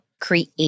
create